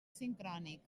sincrònic